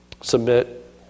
submit